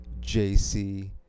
JC